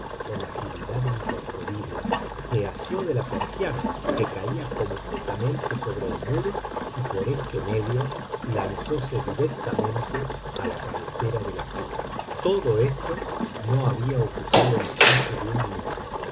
con agilidad inconcebible se asió de la persiana que caía completamente sobre el muro y por este medio lanzóse directamente a la cabecera de la cuja todo esto no había ocupado el espacio de un minuto